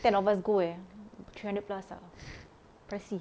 ten of us go eh three hundred plus ah pricey